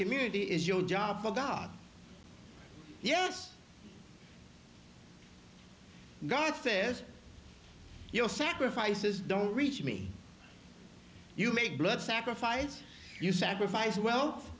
community is your job for god yes god says your sacrifices don't reach me you make blood sacrifice you sacrifice well